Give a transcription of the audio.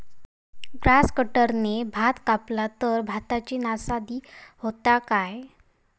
Grass कटराने भात कपला तर भाताची नाशादी जाता काय?